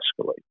escalate